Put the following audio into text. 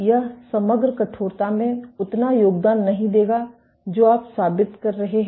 यह समग्र कठोरता में उतना योगदान नहीं देगा जो आप साबित कर रहे हैं